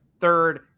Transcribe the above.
third